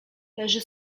leży